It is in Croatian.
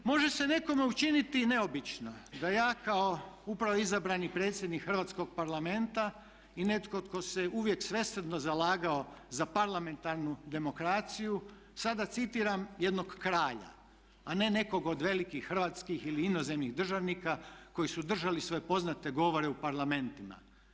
Može se nekome učiniti neobično da ja kao upravo izabrani predsjednik Hrvatskog parlamenta i netko tko se uvijek svesrdno zalagao za parlamentarnu demokraciju sada citiram jednog kralja, a ne nekog od velikih hrvatskih ili inozemnih državnika koji su držali svoje poznate govore u parlamentima.